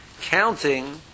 counting